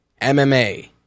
MMA